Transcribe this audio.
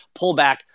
pullback